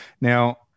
Now